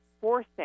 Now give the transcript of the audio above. forcing